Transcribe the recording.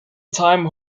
time